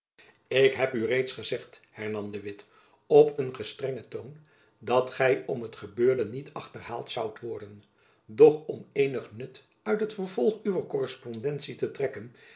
ik heb u reeds gezegd hernam de witt op een gestrengen toon dat gy om het gebeurde niet achterhaald zoudt worden doch om eenig nut uit het vervolg uwer korrespondentie te trekken